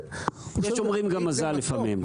יש אומרים גם מזל לפעמים.